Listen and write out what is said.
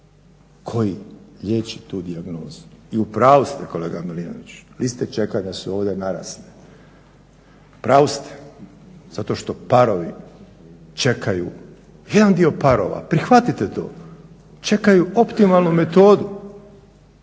koji liječi tu dijagnozu. I u pravu ste kolega Milinoviću, vi ste čekali da su ovdje narasle, u pravu ste zato što parovi čekaju, jedan dio parova, prihvatite to, čekaju optimalnu metodu